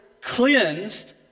cleansed